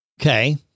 Okay